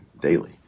daily